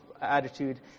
attitude